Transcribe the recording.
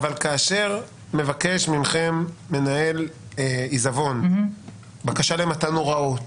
אבל כאשר מבקש מכם מנהל עיזבון בקשה למתן הוראות